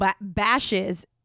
bashes